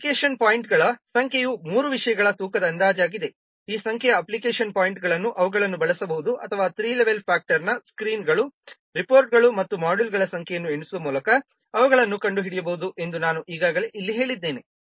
application ಪಾಯಿಂಟ್ಗಳ ಸಂಖ್ಯೆಯು ಮೂರು ವಿಷಯಗಳ ತೂಕದ ಅಂದಾಜಾಗಿದೆ ಈ ಸಂಖ್ಯೆಯ ಅಪ್ಲಿಕೇಶನ್ ಪಾಯಿಂಟ್ಗಳನ್ನು ಅವುಗಳನ್ನು ಬಳಸಬಹುದು ಅಥವಾ ಥ್ರೀ ಲೆವೆಲ್ ಫ್ಯಾಕ್ಟರ್ನ ಸ್ಕ್ರೀನ್ಗಳು ರಿಪೋರ್ಟ್ಗಳು ಮತ್ತು ಮಾಡ್ಯೂಲ್ಗಳ ಸಂಖ್ಯೆಯನ್ನು ಎಣಿಸುವ ಮೂಲಕ ಅವುಗಳನ್ನು ಕಂಡುಹಿಡಿಯಬಹುದು ಎಂದು ನಾನು ಈಗಾಗಲೇ ಇಲ್ಲಿ ಹೇಳಿದ್ದೇನೆ